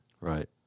Right